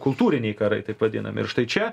kultūriniai karai taip vadinami ir štai čia